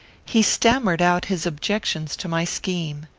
he stammered out his objections to my scheme.